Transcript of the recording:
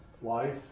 life